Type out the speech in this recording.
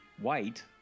white